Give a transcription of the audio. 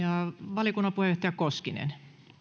valiokunnan puheenjohtaja koskinen